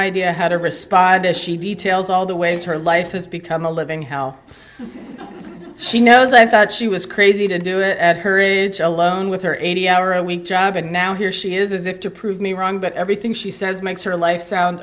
idea how to respond as she details all the ways her life has become a living hell she knows i thought she was crazy to do it at her age alone with her eighty hour a week job and now here she is as if to prove me wrong but everything she says makes her life